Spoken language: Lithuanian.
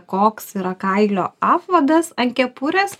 koks yra kailio apvadas ant kepurės